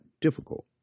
difficult